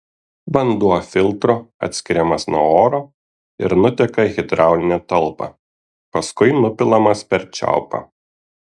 vanduo filtru atskiriamas nuo oro ir nuteka į hidraulinę talpą paskui nupilamas per čiaupą